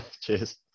Cheers